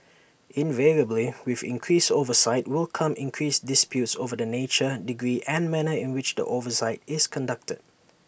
invariably with increased oversight will come increased disputes over the nature degree and manner in which the oversight is conducted